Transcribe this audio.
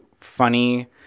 funny